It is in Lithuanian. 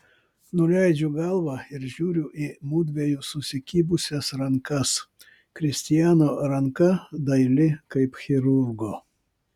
nuleidžiu galvą ir žiūriu į mudviejų susikibusias rankas kristiano ranka daili kaip chirurgo